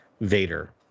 Vader